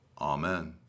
Amen